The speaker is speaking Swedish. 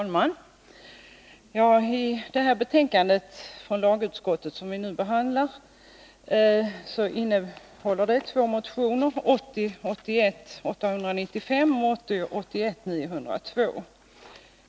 Herr talman! I detta betänkande från lagutskottet behandlas två motioner, 1980 81:902.